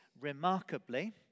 remarkably